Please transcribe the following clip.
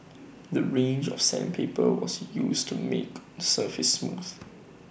the range of sandpaper was used to make surface smooth